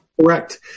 Correct